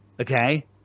Okay